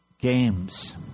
games